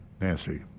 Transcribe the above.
Nancy